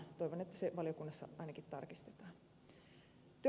toivon että se valiokunnassa ainakin tarkistetaan